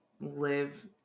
live